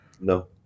No